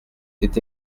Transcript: est